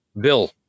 Bill